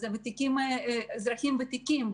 וזה אזרחים ותיקים,